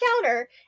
counter